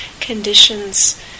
conditions